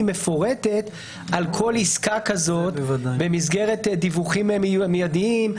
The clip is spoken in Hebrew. מפורטת על כל עסקה כזאת במסגרת דיווחים מידיים.